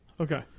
Okay